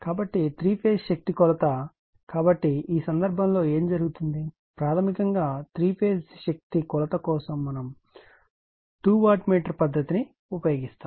కాబట్టి 3 ఫేజ్ శక్తి కొలత కాబట్టి ఈ సందర్భంలో ఏమి జరుగుతుంది ప్రాథమికంగా 3 ఫేజ్ శక్తి కొలత కోసం మనము 2 వాట్ మీటర్ పద్ధతిని ఉపయోగిస్తాము